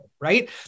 right